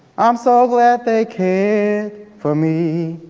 i'm so glad they cared for me.